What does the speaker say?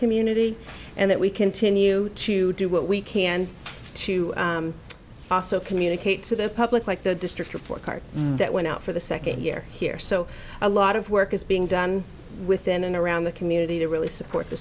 community and that we continue to do what we can to also communicate to the public like the district report card that went out for the second year here so a lot of work is being done within and around the community to really support the